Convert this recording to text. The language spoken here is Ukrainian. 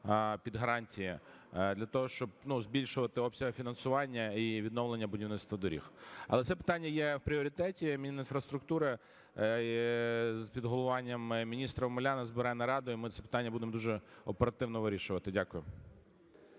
під гарантії для того, щоб збільшувати обсяг фінансування і відновлення будівництва доріг. Але це питання є в пріоритеті Мінінфраструктури під головуванням міністра Омеляна збирає нараду, і ми це питання будемо дуже оперативно вирішувати. Дякую.